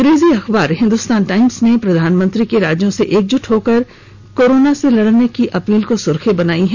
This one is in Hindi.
अंग्रेजी अखबार हिंदुस्तान टाईम्स ने प्रधानमंत्री की राज्यों से एकजुट होकर कोरोना लड़ने की खबर को अपनी सुर्खी बनाई है